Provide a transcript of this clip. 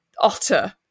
otter